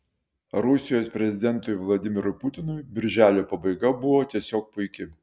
rusijos prezidentui vladimirui putinui birželio pabaiga buvo tiesiog puiki